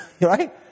right